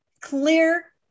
clear